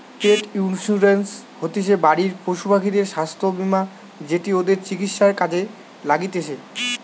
পেট insurance হতিছে বাড়ির পশুপাখিদের স্বাস্থ্য বীমা যেটি ওদের চিকিৎসায় কাজে লাগতিছে